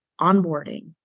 onboarding